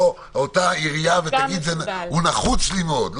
שהעירייה תגיד: הוא נחוץ לי מאוד.